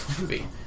movie